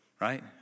right